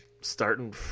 Starting